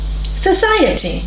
society